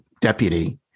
deputy